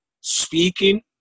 speaking